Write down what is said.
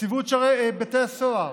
נציבות בתי הסוהר,